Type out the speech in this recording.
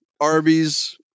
Arby's